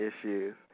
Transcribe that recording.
issues